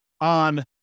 on